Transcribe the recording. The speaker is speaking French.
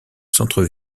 centre